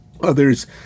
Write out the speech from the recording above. others